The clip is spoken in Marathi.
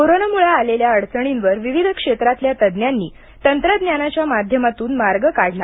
कोरोनामुळे आलेल्या अडचणींवर विविध क्षेत्रातल्या तज्ञांनी तंत्रज्ञानाच्या माध्यमातून मार्ग काढला